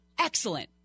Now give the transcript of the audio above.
Excellent